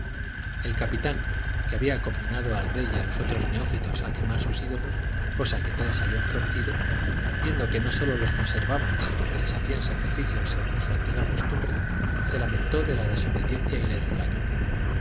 el capitán que había conminado al rey y a los otros neófitos a quemar sus ídolos cosa que todos habían prometido viendo que no sólo los conservaban sino que les hacían sacrificios según su antigua costumbre se lamentó de la desobediencia y les regañó